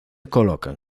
colocan